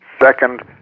Second